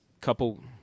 couple